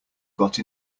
got